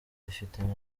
rifitanye